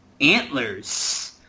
Antlers